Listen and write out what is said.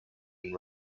and